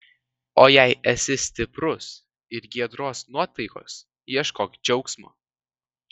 o jei esi stiprus ir giedros nuotaikos ieškok džiaugsmo